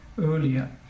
earlier